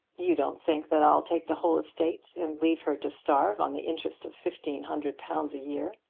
you don't think that i'll take the whole estate and leave her to starve on the interest of fifteen hundred pounds a year!